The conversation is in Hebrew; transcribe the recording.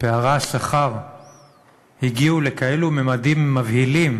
פערי השכר הגיעו לכאלה ממדים מבהילים,